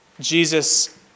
Jesus